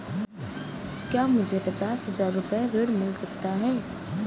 क्या मुझे पचास हजार रूपए ऋण मिल सकता है?